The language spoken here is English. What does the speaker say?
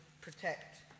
protect